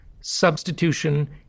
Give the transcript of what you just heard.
substitution